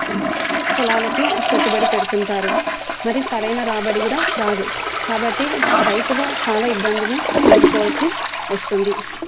పొలాలకి పెట్టుబడి పెడుతుంటారు మరి సరైన రాబడి కూడా రాదు కాబట్టి రైతులు చాలా ఇబ్బందులు ఎదుర్కోవాల్సి వస్తుంది